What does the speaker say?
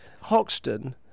Hoxton